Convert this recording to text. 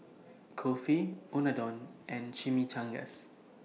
Kulfi Unadon and Chimichangas